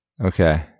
Okay